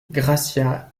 gracia